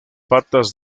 patas